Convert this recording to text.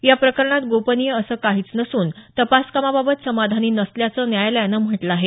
या प्रकरणात गोपनीय असं काहीच नसून तपास कामाबाबत समाधानी नसल्याचं न्यायालयानं म्हटलं आहे